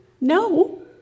No